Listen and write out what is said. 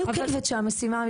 'אני עוקבת שהמשימה',